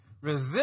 Resist